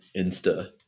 Insta